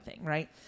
right